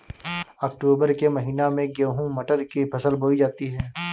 अक्टूबर के महीना में गेहूँ मटर की फसल बोई जाती है